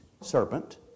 serpent